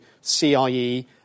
CIE